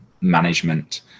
management